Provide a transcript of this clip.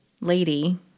lady